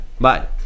bye